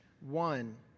one